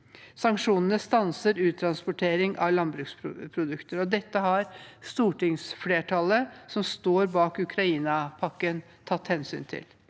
Sanksjonene stanser uttransportering av landbruksprodukter. Dette har stortingsflertallet som står bak Ukraina-pakken, tatt hensyn til.